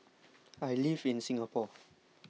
I live in Singapore